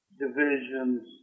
Divisions